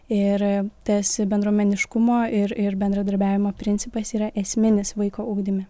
ir tas bendruomeniškumo ir ir bendradarbiavimo principas yra esminis vaiko ugdyme